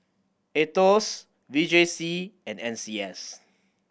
Aetos V J C and N C S